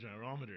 gyrometer